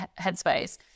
headspace